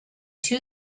two